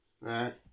right